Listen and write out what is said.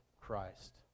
Christ